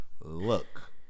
Look